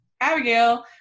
abigail